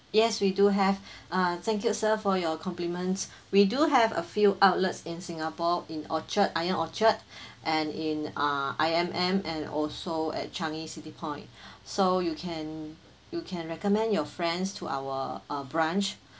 yes we do have uh thank you sir for your compliments we do have a few outlets in singapore in orchard ion orchard and in uh I_M_M and also at changi city point so you can you can recommend your friends to our uh branch